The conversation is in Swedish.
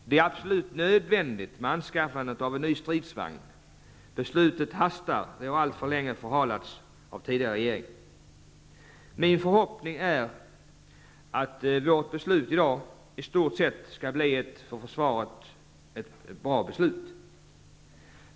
Det är absolut nödvändigt med anskaffandet av en ny stridsvagn. Beslutet hastar. Det har alltför länge förhalats av tidigare regering. Min förhoppning är att det beslut vi skall fatta i dag i stort sett skall bli ett för försvaret bra beslut.